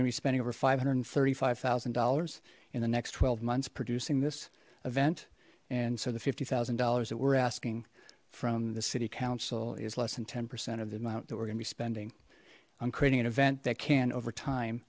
gonna be spending over five hundred and thirty five thousand dollars in the next twelve months producing this event and so the fifty thousand dollars that we're asking from the city council is less than ten percent of the amount that we're gonna be spending i'm creating an event that can over time